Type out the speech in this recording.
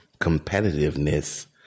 competitiveness